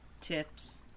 tips